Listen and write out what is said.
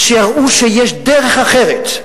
שיראו שיש דרך אחרת,